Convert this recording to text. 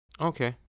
Okay